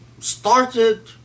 started